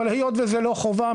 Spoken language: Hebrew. אבל היות וזה לא חובה,